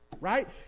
right